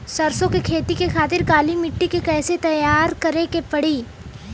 सरसो के खेती के खातिर काली माटी के कैसे तैयार करे के पड़ी?